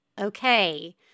Okay